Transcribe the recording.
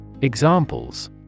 Examples